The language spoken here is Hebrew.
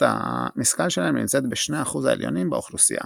המשכל שלהם נמצאת ב-2% העליונים באוכלוסייה.